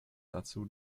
dazu